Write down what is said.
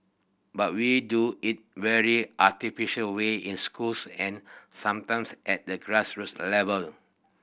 but we do it very artificial way in schools and sometimes at the grassroots level